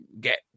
get